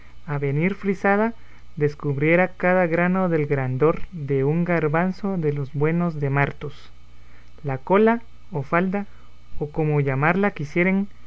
a venir frisada descubriera cada grano del grandor de un garbanzo de los buenos de martos la cola o falda o como llamarla quisieren